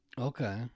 Okay